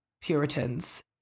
Puritans